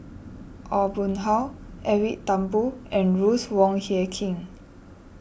Aw Boon Haw Edwin Thumboo and Ruth Wong Hie King